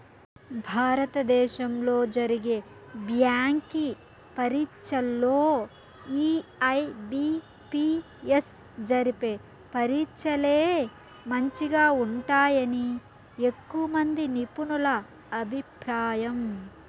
భారత దేశంలో జరిగే బ్యాంకి పరీచ్చల్లో ఈ ఐ.బి.పి.ఎస్ జరిపే పరీచ్చలే మంచిగా ఉంటాయని ఎక్కువమంది నిపునుల అభిప్రాయం